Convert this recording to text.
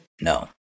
no